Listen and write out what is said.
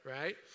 right